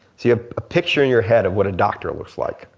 see ah a picture in your head of what a doctor looks like.